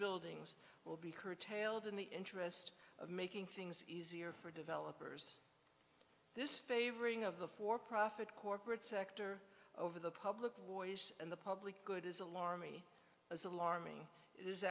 buildings will be curtailed in the interest of making things easier for developers this favoring of the for profit corporate sector over the public warriors in the public good is alarming as alarming is